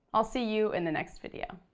i'll see you in the next video.